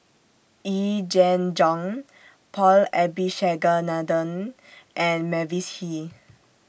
Yee Jenn Jong Paul Abisheganaden and Mavis Hee